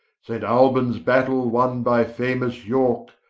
saint albons battell wonne by famous yorke,